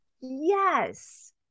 yes